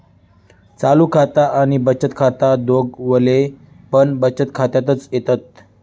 चालू खाता आणि बचत खाता दोघवले पण बचत खात्यातच येतत